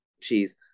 cheese